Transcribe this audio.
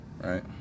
right